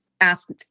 asked